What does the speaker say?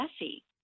messy